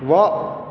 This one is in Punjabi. ਵਾਹ